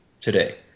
today